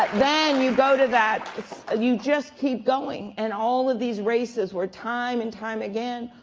then you go to that ah you just keep going. and all of these races where time and time again,